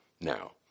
Now